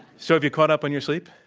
so you caught up on your sleep?